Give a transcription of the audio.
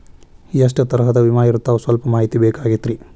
ಎಷ್ಟ ತರಹದ ವಿಮಾ ಇರ್ತಾವ ಸಲ್ಪ ಮಾಹಿತಿ ಬೇಕಾಗಿತ್ರಿ